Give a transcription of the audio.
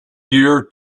year